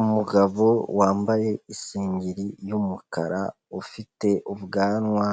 Umugabo wambaye isengeri y'umukara, ufite ubwanwa,